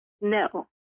no